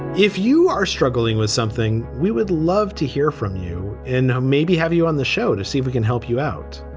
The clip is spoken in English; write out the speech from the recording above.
if you are struggling with something, we would love to hear from you and maybe have you on the show to see if we can help you out.